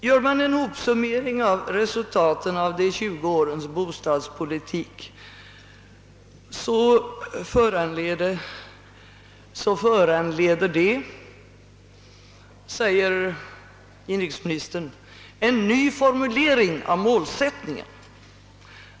Gör man en hopsummering av resultaten av de tjugo årens bostadspolitik föranleder det, säger inrikesministern, en ny formulering av målsättningen.